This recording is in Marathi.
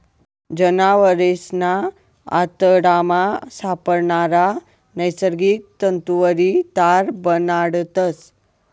जनावरेसना आतडामा सापडणारा नैसर्गिक तंतुवरी तार बनाडतस